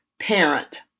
parent